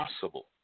possible